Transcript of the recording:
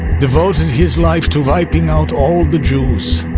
devoted his life to wiping out all the jews,